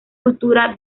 cultura